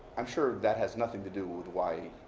i'm sure that has nothing to do with why he